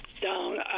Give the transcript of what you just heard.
down